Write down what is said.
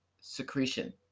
secretion